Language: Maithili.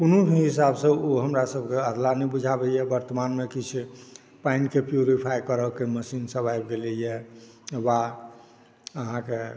कोनो भी हिसाबसॅं ओ हमरासभके अधला नहि बुझाबैया वर्तमानमे किछु पानिके प्यूरिफ़ाई करयक मशीनसभ आबि गेलय यऽ वा अहाँके